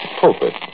pulpit